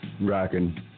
rocking